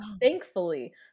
thankfully